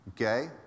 Okay